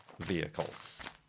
vehicles